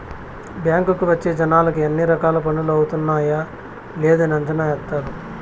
బ్యాంకుకి వచ్చే జనాలకి అన్ని రకాల పనులు అవుతున్నాయా లేదని అంచనా ఏత్తారు